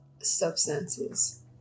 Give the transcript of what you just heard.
substances